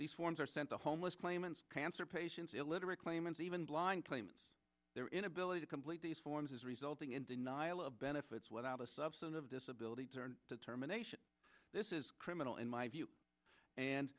these forms are sent to homeless claimants cancer patients illiterate claimants even blind claimants their inability to complete these forms is resulting in denial of benefits without a substantive disability determination this is criminal in my view and